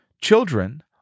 Children